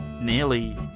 nearly